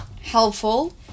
helpful